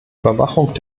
überwachung